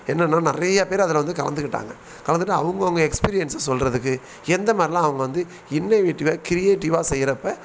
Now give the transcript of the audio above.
என்னென்னால் நிறைய பேர் அதில் வந்து கலந்துக்கிட்டாங்க கலந்துகிட்டு அவங்கவங்க எக்ஸ்பீரியன்ஸை சொல்கிறதுக்கு எந்த மாதிரிலாம் அவங்க வந்து இன்னோவேட்டிவாக க்ரியேட்டிவாக செய்கிறப்ப